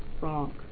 wrong